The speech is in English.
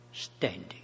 standing